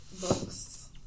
books